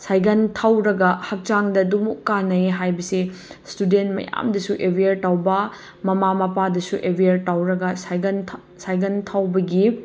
cycle ꯊꯧꯔꯒ ꯍꯥꯛꯆꯥꯡꯗ ꯑꯗꯨꯃꯨꯛ ꯀꯥꯅꯅꯩ ꯍꯥꯏꯕꯁꯦ ꯁ꯭ꯇꯨꯗꯦꯟ ꯃꯌꯥꯝꯗꯁꯨ ꯑꯦꯋꯤꯌꯔ ꯇꯧꯕ ꯃꯃꯥ ꯃꯄꯥꯗꯁꯨ ꯑꯦꯋꯤꯌꯔ ꯇꯧꯔꯒ ꯁꯥꯏꯒꯟ ꯁꯥꯏꯒꯟ